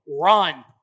Run